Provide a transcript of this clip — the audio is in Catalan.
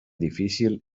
difícil